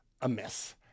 amiss